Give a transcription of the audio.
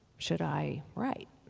should i write?